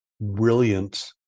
brilliant